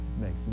makes